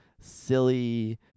silly